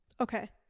Okay